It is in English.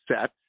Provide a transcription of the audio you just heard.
set